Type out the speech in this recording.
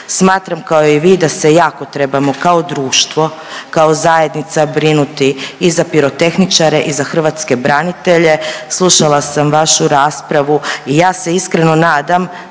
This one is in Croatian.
Smatram kao i vi da se jako trebamo, kao društvo, kao zajednica brinuti i za pirotehničare i za hrvatske branitelje, slušala sam vašu raspravu i ja se iskreno nadam